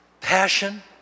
passion